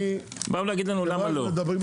באו להגיד לנו למה לא.